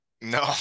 No